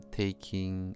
taking